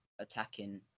attacking